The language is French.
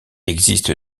existe